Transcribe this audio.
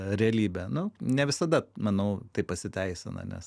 realybe nu ne visada manau tai pasiteisina nes